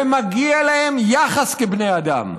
ומגיע להם יחס כבני אדם.